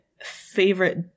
favorite